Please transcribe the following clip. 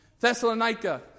Thessalonica